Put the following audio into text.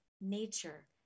nature